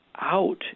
out